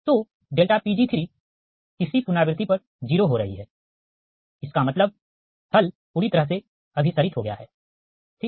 तो Pg3तीसरी पुनरावृति पर 0 हो रही है इसका मतलब हल पूरी तरह से अभिसरित हो गया है ठीक